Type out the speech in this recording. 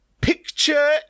Picture